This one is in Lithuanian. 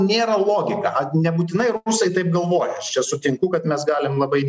nėra logika nebūtinai rusai taip galvoja čia sutinku kad mes galim labai